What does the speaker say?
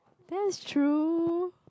that's true